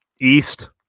East